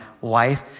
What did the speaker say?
wife